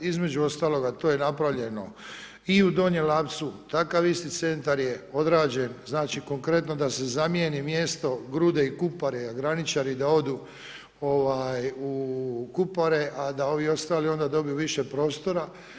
Između ostaloga to je napravljeno i u Donjem Lapcu, takav isti centar je odrađen znači, konkretno da se zamijeni mjesto Grude i Kupari, a graničari da odu u Kupari, a da ovi ostali onda dobiju više prostora.